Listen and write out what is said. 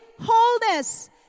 wholeness